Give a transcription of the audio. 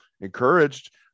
encouraged